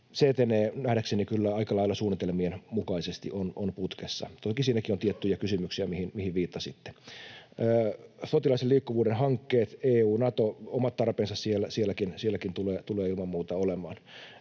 nähdäkseni kyllä aika lailla suunnitelmien mukaisesti, on putkessa. Toki siinäkin on tiettyjä kysymyksiä, mihin viittasitte. Sotilaallisen liikkuvuuden hankkeet, EU, Nato — omat tarpeensa sielläkin tulee ilman muuta olemaan.